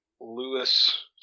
Lewis